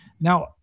Now